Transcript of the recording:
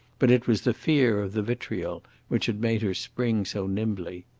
but it was the fear of the vitriol which had made her spring so nimbly.